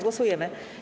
Głosujemy.